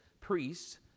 priests